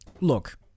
Look